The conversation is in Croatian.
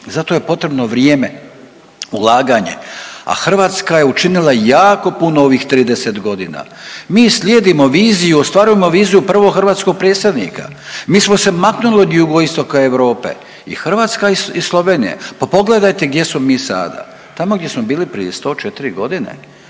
za to je potrebno vrijeme, ulaganje. A Hrvatska je učinila jako puno u ovih 30 godina. Mi slijedimo viziju, ostvarujemo viziju prvog hrvatskog predsjednika. Mi smo se maknuli od jugoistoka Europe i Hrvatska i Slovenija, pa pogledajte gdje smo mi sada. Tamo gdje smo bili 104 godine